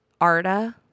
Arda